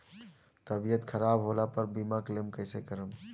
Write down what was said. तबियत खराब होला पर बीमा क्लेम कैसे करम?